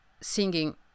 singing